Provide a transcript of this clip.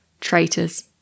Traitors